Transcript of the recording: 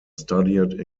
studied